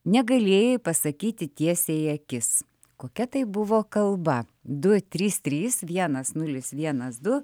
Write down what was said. negalėjai pasakyti tiesiai į akis kokia tai buvo kalba du trys trys vienas nulis vienas du